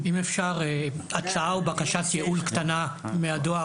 אם אפשר הצעה או בקשת ייעול קטנה מהדואר,